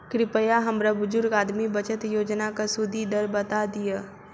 कृपया हमरा बुजुर्ग आदमी बचत योजनाक सुदि दर बता दियऽ